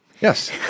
Yes